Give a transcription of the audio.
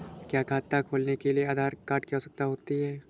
क्या खाता खोलने के लिए आधार कार्ड की आवश्यकता होती है?